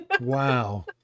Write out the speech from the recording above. Wow